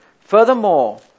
Furthermore